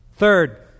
Third